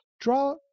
Draw